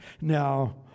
Now